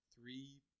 three